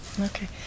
Okay